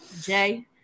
Jay